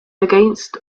against